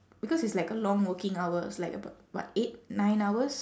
because it's like a long working hours like about what eight nine hours